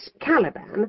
Caliban